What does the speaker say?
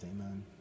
amen